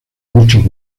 muchos